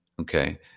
Okay